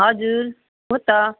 हजुर हो त